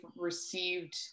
received